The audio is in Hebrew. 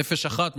נפש אחת,